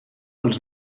els